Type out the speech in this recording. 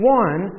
one